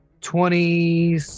twenty